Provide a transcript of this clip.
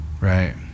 Right